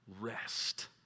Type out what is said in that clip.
rest